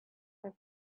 have